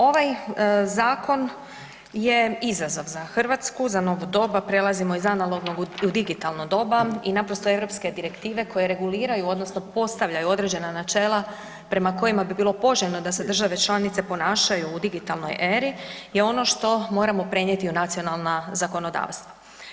Ovaj zakon je izazov za Hrvatsku, za novo doba, prelazimo iz analognog u digitalno doba i naprosto, europske direktive koje reguliraju odnosno postavljaju određena načela prema kojima bi bilo poželjno da se države članice ponašaju u digitalnoj eri je ono što moram prenijeti u nacionalna zakonodavstva.